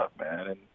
man